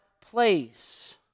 place